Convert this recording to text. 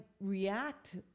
react